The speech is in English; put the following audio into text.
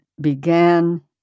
began